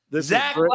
Zach